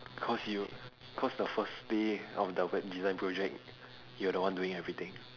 cause you cause the first day of the web design project you're the one doing everything